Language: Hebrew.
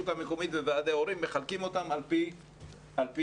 המקומית וועדי ההורים מחלקים על פי היכולות.